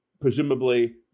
presumably